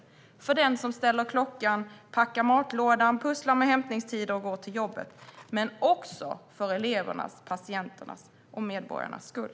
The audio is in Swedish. Det handlar om dem som ställer klockan, packar matlådan, pusslar med hämtningstider och går till jobbet. Detta borde också göras för elevernas, patienternas och medborgarnas skull.